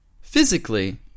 Physically